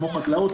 כמו החקלאות,